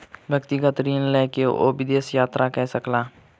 व्यक्तिगत ऋण लय के ओ विदेश यात्रा कय सकला